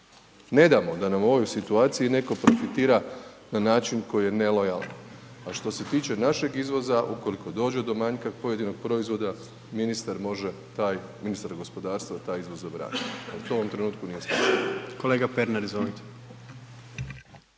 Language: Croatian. Ne damo da nam u ovoj situaciji netko profitira na način koji je nelojalan. Što se tiče našeg izvoza ukoliko dođe do manjka pojedinog proizvoda ministar može taj, ministar gospodarstva, taj izvoz zabraniti, to u ovom trenutku nije sporno. **Jandroković,